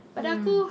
mm